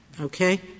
okay